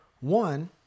one